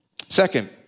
Second